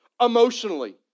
Emotionally